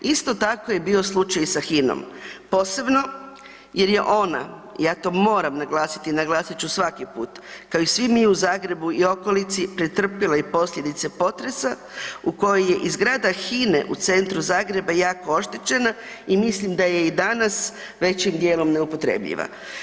Isto tako je bio slučaj i sa Hinom, posebno jer je ona, ja to moram naglasiti i naglasit ću svaki put, kao i svi mi u Zagrebu i okolici pretrpjele i posljedice potresa u koji je i zgrada Hine u centru Zagreba jako oštećena i mislim da je i danas većim dijelom neupotrebljiva.